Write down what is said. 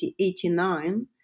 1989